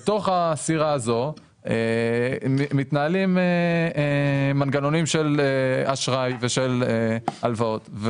בתוך הסירה הזאת מתנהלים מנגנונים של אשראי ושל הלוואות.